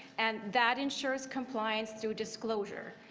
and that ensures compliance through disclosure.